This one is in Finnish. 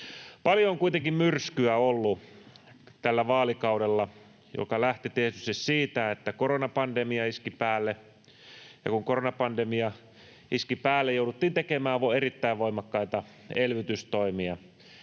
Paljon on kuitenkin myrskyä ollut tällä vaalikaudella, mikä lähti tietysti siitä, että koronapandemia iski päälle, ja kun koronapandemia iski päälle, jouduttiin tekemään erittäin voimakkaita elvytystoimia.